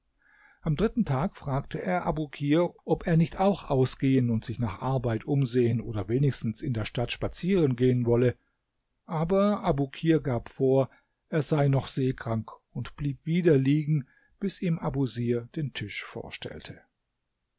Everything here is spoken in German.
am dritten tag fragte er abukir ob er nicht auch ausgehen und sich nach arbeit umsehen oder wenigstens in der stadt spazieren gehen wolle aber abukir gab vor er sei noch seekrank und blieb wieder liegen bis ihm abusir den tisch vorstellte